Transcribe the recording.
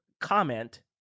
comment